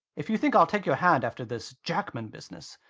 if you think i'll take your hand after this jackman business,